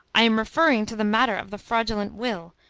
i am referring to the matter of the fraudulent will.